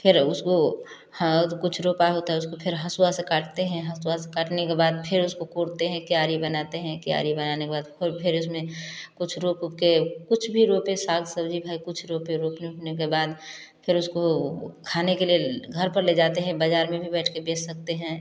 फिर उसको हाँ तो कुछ रोपया होता है उसको फिर हसुआ से काटते हैं हसुआ से काटने के बाद फिर उसको कोरते हैं क्यारी बनाते हैं क्यारी बनाने के बाद खुर फिर उसमें कुछ रोप ओप के कुछ भी रोप साग सब्जी भाई कुछ रोपे रोपने उपने के बाद फिर उसको खाने के लिए घर पर ले जाते हैं बाजार में भी बैठ के बेच सकते हैं